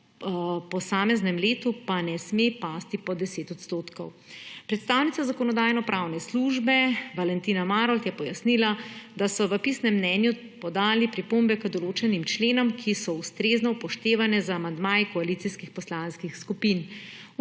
posameznem letu pa ne sme pasti pod 10 %. Predstavnica Zakonodajno-pravne službe Valentina Marolt je pojasnila, da so v pisnem mnenju podali pripombe k določenim členom, te so ustrezno upoštevane z amandmaji koalicijskih poslanskih skupin.